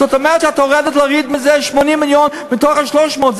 זאת אומרת שאת הולכת להוריד מזה 80 מיליון מתוך ה-300.